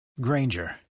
Granger